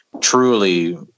truly